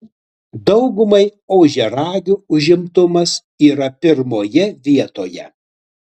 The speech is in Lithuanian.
daugumai ožiaragių užimtumas yra pirmoje vietoje